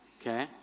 Okay